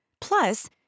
Plus